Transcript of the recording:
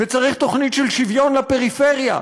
וצריך תוכנית של שוויון לפריפריה,